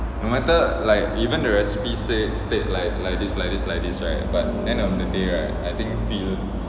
no matter like even the recipe said state like like this like this like this right but end of the day right I think feel